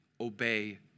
obey